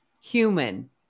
human